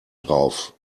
drauf